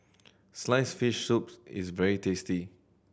sliced fish soup is very tasty